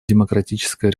демократическая